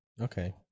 Okay